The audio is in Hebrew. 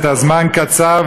הזמן קצר,